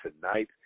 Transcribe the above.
tonight